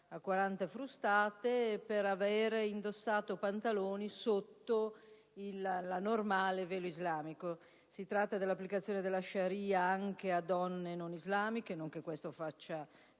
a 40 frustate per aver indossato pantaloni sotto il normale velo islamico. Si tratta dell'applicazione della Sharia anche a donne non islamiche (non che questo faccia